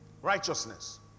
Righteousness